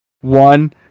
one